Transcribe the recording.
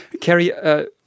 Kerry